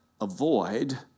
avoid